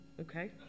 Okay